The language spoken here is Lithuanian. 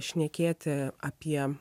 šnekėti apie